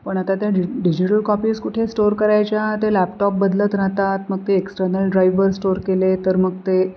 पण आता ते डि डिजिटल कॉपीज कुठे स्टोअर करायच्या ते लॅपटॉप बदलत राहतात मग ते एक्सटर्नल ड्राईव्हवर स्टोअर केले तर मग ते